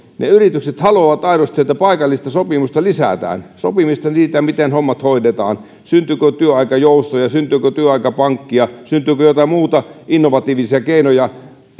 ne yritykset haluavat aidosti että paikallista sopimista lisätään sopimista siitä miten hommat hoidetaan syntyykö työaikajoustoja syntyykö työaikapankkia syntyykö joitain muita innovatiivisia keinoja